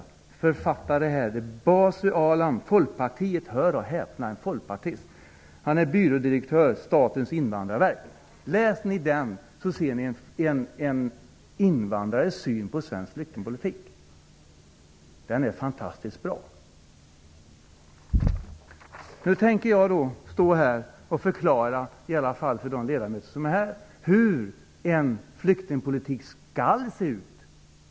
Artikelförfattare är Basu Alam. Han är, hör och häpna, folkpartist och byrådirektör på Statens invandrarverk. Om ni läser artikeln får ni en invandrares syn på svensk politik. Den är fantastiskt bra. För de ledamöter som är närvarande skall jag förklara hur flyktingpolitiken skall se.